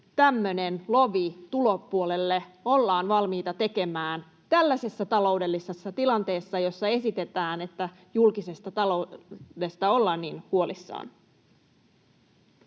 tämmöinen lovi tulopuolelle ollaan valmiita tekemään tällaisessa taloudellisessa tilanteessa, jossa esitetään, että julkisesta taloudesta ollaan niin huolissaan.